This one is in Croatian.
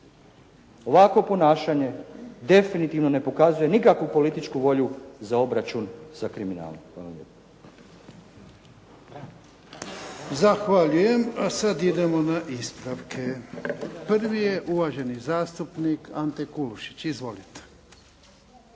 Ovakvo ponašanje definitivno ne pokazuje nikakvu političku volju za obračun sa kriminalom. Hvala lijepo. **Jarnjak, Ivan (HDZ)** Zahvaljujem. A sad idemo na ispravke. Prvi je uvaženi zastupnik Ante Kulušić. Izvolite.